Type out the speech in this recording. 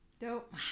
Dope